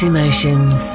Emotions